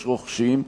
יש רוכשים,